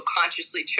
consciously